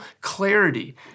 clarity